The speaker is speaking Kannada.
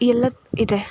ಎಲ್ಲ ಇದೆ